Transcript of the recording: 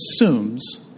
assumes